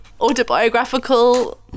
autobiographical